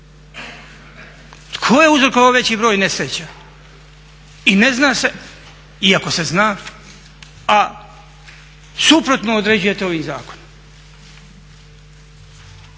Tko je uzrokovao veći broj nesreća? I ne zna se, iako se zna, a suprotno određujete ovim zakonom.